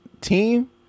team